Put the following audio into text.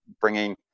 bringing